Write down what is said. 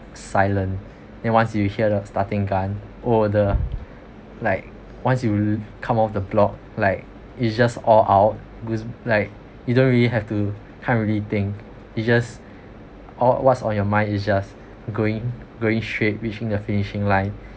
silent then once you hear the starting gun oh the like once you come off the block like it's just all out it was like you don't really have to can't really think you just all what's on your mind is just going going straight reaching the finishing line